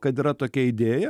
kad yra tokia idėja